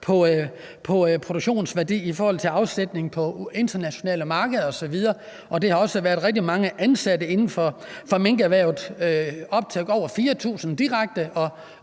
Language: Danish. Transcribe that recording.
i produktionsværdi i forhold til afsætning på internationale markeder osv. Der har også været rigtig mange ansatte inden for minkerhvervet – op til over 4.000 direkte og